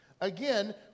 Again